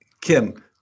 Kim